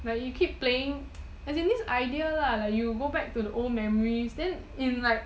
like you keep playing as in this idea lah that you go back to the old memories